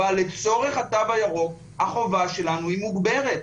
אבל לצורך התו הירוק החובה שלנו היא מוגברת,